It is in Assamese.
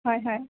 হয় হয়